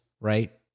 right